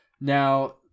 Now